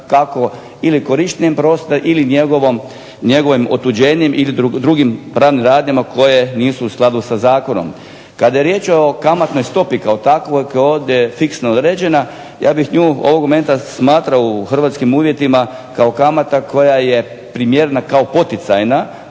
kako ili korištenjem prostora ili njegovim otuđenjem ili drugim pravnim radnjama koje nisu u skladu sa zakonom. Kada je riječ o kamatnoj stopi kao takvoj koja je fiksno određena ja bih nju ovog momenta smatrao u hrvatskim uvjetima kao kamata koja je primjerena kao poticajna